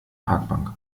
parkbank